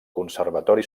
conservatori